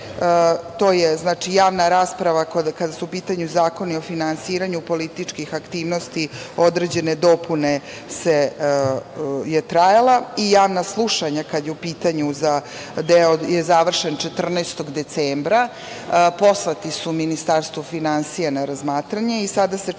to je javna rasprava kada su u pitanju zakoni o finansiranju političkih aktivnosti, određene dopune i javna slušanja. Deo je završen 14. decembra, poslati su Ministarstvu finansija na razmatranje i sada se čeka